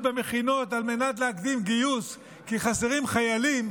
במכינות על מנת להקדים גיוס כי חסרים חיילים,